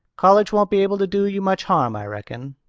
college won't be able to do you much harm, i reckon.